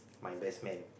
my best man